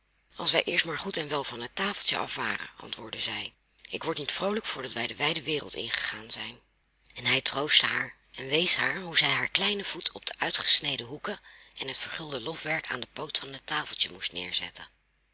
als wij eerst maar goed en wel van het tafeltje af waren antwoordde zij ik word niet vroolijk voordat wij de wijde wereld ingegaan zijn en hij troostte haar en wees haar hoe zij haar kleinen voet op de uitgesneden hoeken en het vergulde lofwerk aan den poot van het tafeltje moest neerzetten